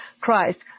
Christ